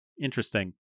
Interesting